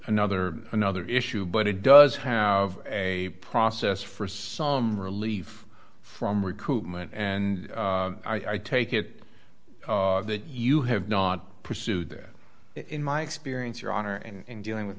another another issue but it does have a process for some relief from recruitment and i take it that you have not pursued there in my experience your honor and dealing with